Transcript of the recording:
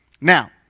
Now